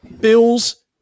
Bills